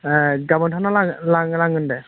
गाबोनहालागै लांगोन आं दे